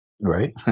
Right